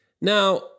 Now